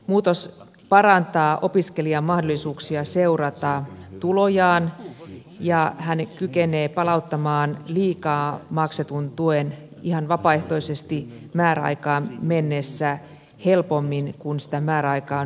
muutos parantaa opiskelijan mahdollisuuksia seurata tulojaan ja hän kykenee palauttamaan liikaa maksetun tuen ihan vapaaehtoisesti määräaikaan mennessä helpommin kun sitä määräaikaa nyt on pidennetty